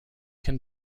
can